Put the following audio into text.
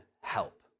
help